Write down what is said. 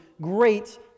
great